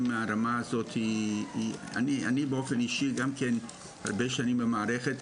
הרמה באופן אישי אני הרבה שנים במערכת,